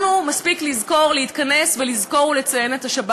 לנו מספיק לזכור להתכנס, לזכור ולציין את השבת.